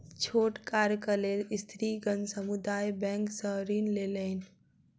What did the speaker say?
छोट कार्यक लेल स्त्रीगण समुदाय बैंक सॅ ऋण लेलैन